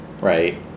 right